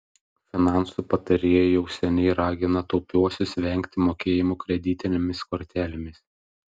finansų patarėjai jau seniai ragina taupiuosius vengti mokėjimų kreditinėmis kortelėmis